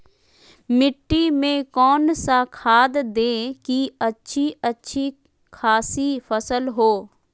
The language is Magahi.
मिट्टी में कौन सा खाद दे की अच्छी अच्छी खासी फसल हो?